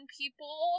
people